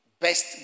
best